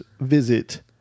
visit